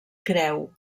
creu